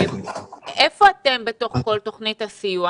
איפה אתם בתוך כל תוכנית הסיוע